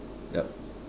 yup